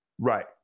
Right